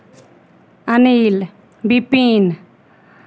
Anil Vipin